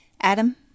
Adam